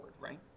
right